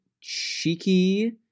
cheeky